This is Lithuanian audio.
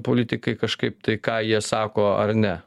politikai kažkaip tai ką jie sako ar ne